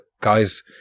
guys